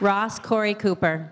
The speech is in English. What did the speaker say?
ross corey cooper